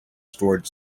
storage